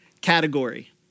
category